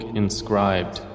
inscribed